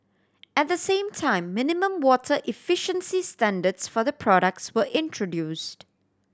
at the same time minimum water efficiency standards for the products were introduced